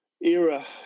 era